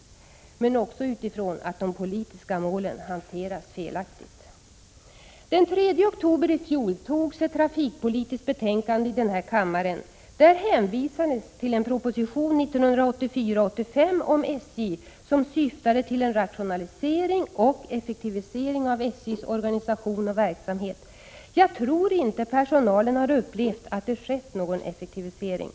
Men den finns också att söka i det förhållandet att de politiska målen hanteras felaktigt. Den 3 oktober i fjol lade trafikutskottet fram ett betänkande. Där hänvisades till en proposition 1984/85 om SJ som syftade till en rationalisering och effektivisering av SJ:s organisation och verksamhet. Jag tror inte att personalen har upplevt att det skett någon effektivisering.